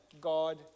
God